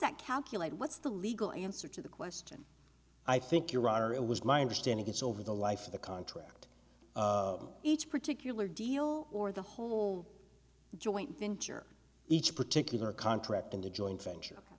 that calculate what's the legal answer to the question i think you're right or it was my understanding it's over the life of the contract of each particular deal or the whole joint venture each particular contract and a joint venture